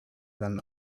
than